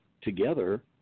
together